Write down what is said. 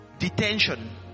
detention